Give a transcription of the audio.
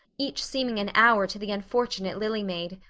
each seeming an hour to the unfortunate lily maid.